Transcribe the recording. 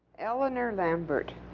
eleanor lambert,